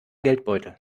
geldbeutel